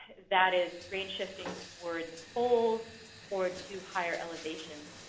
that is range shifting toward the poles or to higher elevations.